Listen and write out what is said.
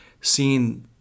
seeing